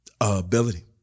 ability